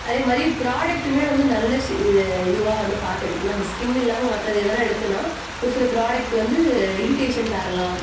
அதே மாதிரி ப்ராட்டக்டுமே வந்து நல்ல சே இது இதுவாக வந்து பார்த்து எடுக்கணும் நம்ம ஸ்கின் இல்லாமல் மற்றது எதனா எடுத்தோன்னால் ஒரு சில ப்ராடக்ட் வந்து இரிடேஷன் தரலாம்